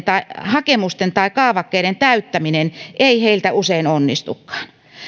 hakemusten tai kaavakkeiden täyttäminen ei heiltä usein onnistukaan